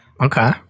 Okay